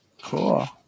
Cool